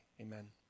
Amen